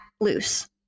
loose